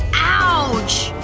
ouch!